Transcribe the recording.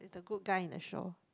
the good guy in the show